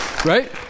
Right